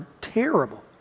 terrible